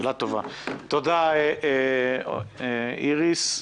תודה, איריס.